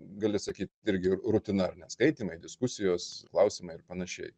gali sakyt irgi rutina ar ne skaitymai diskusijos klausimai ir panašiai